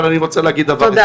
אבל אני רוצה להגיד דבר אחד,